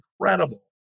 incredible